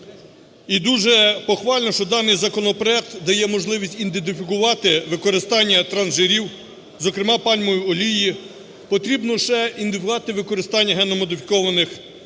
дуже похвально, що даний законопроект дає можливість ідентифікувати використання трансжирів, зокрема, пальмової олії. Потрібно ще ідентифікувати використання генномодифікованих